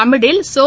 தமிழில் சோ